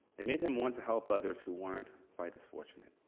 it made him want to help others who weren't quite as fortunate.